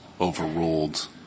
overruled